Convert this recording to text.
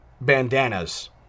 bandanas